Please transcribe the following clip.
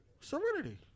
Serenity